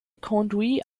conduit